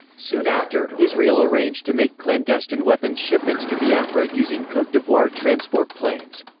soon after, israel arranged to make clandestine weapons shipments to biafra using cote d'ivoire transport planes.